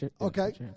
Okay